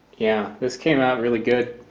yeah, this came out really good